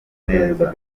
neza